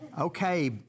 Okay